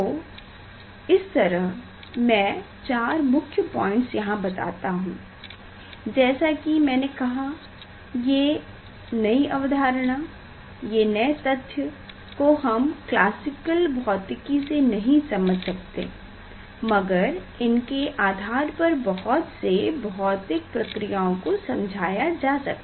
तो इस तरह मैं 4 मुख्य पोईंट्स यहाँ बताता हूँ जैसा की मैने कहा ये नयी अवधारणा ये नए तथ्य को हम क्लासिकल भौतिकी से नहीं समझ सकते मगर इनके आधार पर बहुत से भौतिक प्रक्रियाओं को समझाया जा सका